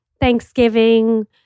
Thanksgiving